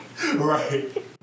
Right